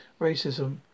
racism